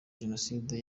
jenoside